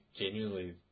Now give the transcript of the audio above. genuinely